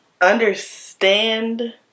understand